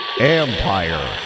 Empire